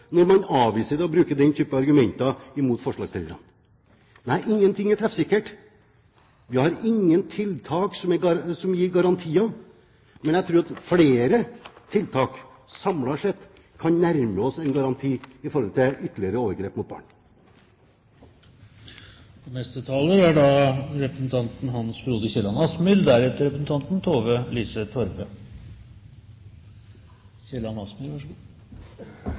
når man avviser forslaget og bruker den type argumenter mot forslagsstillerne. Ingenting er treffsikkert. Vi har ingen tiltak som gir garantier, men jeg tror at vi gjennom flere tiltak, samlet sett, kan nærme oss en garanti mot ytterligere overgrep mot barn. Hvis man skal forsøke seg på en oppsummering av denne debatten og